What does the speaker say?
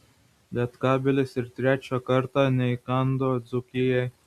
lietkabelis ir trečią kartą neįkando dzūkijai